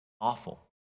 Awful